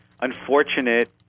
unfortunate